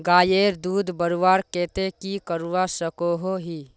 गायेर दूध बढ़वार केते की करवा सकोहो ही?